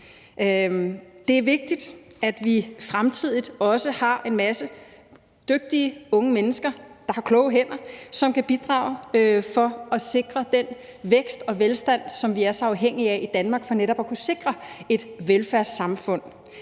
Det er vigtigt, at vi fremtidig også har en masse dygtige unge mennesker, der har kloge hænder, som kan bidrage til at sikre den vækst og velstand, som vi er så afhængige af i Danmark for netop at kunne sikre et velfærdssamfund.